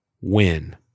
win